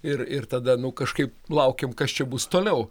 ir ir tada nu kažkaip laukėm kas čia bus toliau